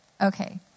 Okay